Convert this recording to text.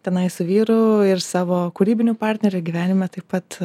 tenai su vyru ir savo kūrybiniu partneriu gyvenime taip pat